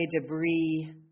debris